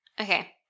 Okay